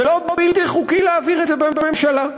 זה לא בלתי חוקי להעביר את זה בממשלה,